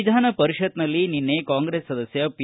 ವಿಧಾನಪರಿಷತ್ನಲ್ಲಿ ನಿನ್ನೆ ಕಾಂಗ್ರೆಸ್ ಸದಸ್ಯ ಪಿ